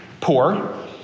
poor